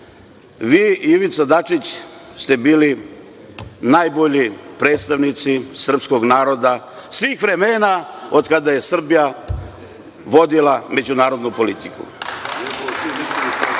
i Ivica Dačić, ste bili najbolji predstavnici srpskog naroda svih vremena, od kada je Srbija vodila međunarodnu politiku. Dozvolite